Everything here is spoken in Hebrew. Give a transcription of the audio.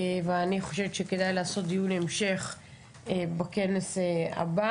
אני חושבת שכדאי לעשות דיון המשך בכנס הבא